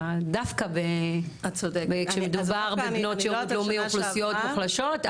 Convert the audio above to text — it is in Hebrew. דווקא כשמדובר בבנות שירות לאומי אוכלוסיות מוחלשות,